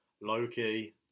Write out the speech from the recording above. Loki